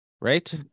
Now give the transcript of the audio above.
right